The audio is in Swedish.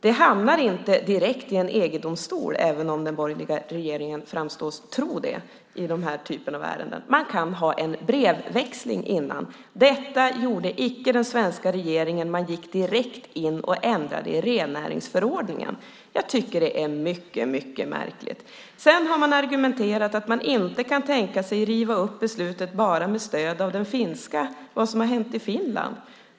Det hamnar inte direkt i en EG-domstol, även om den borgerliga regeringen verkar tro det i denna typ av ärenden. Man kan ha en brevväxling innan. Det hade inte den svenska regeringen. Man gick direkt in och ändrade i rennäringsförordningen. Det var mycket märkligt. Regeringen har argumenterat att man inte kan tänka sig att riva upp beslutet bara med stöd av det som har hänt i Finland.